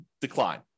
decline